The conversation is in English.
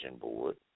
board